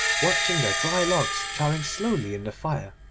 watching the dry logs charring slowly in the fire,